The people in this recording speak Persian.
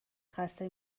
خسته